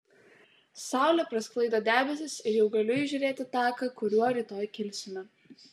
saulė prasklaido debesis ir jau galiu įžiūrėti taką kuriuo rytoj kilsime